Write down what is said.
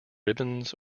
ribbons